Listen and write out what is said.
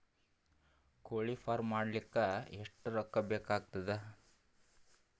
ಕೋಳಿ ಫಾರ್ಮ್ ಮಾಡಲಿಕ್ಕ ಎಷ್ಟು ರೊಕ್ಕಾ ಬೇಕಾಗತದ?